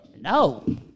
no